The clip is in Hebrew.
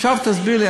עכשיו תסביר לי,